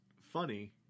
funny